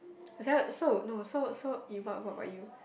what's that so no so so you what what what about you